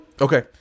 Okay